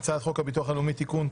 הצעת חוק המסייעים לנטרול תוצאות